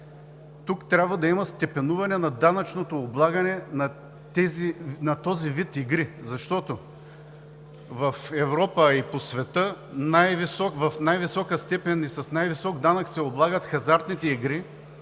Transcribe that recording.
Тук трябва да има степенуване на данъчното облагане на този вид игри, защото в Европа, а и по света в най-висока степен и с най-висок данък се облагат хазартните игри.